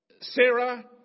Sarah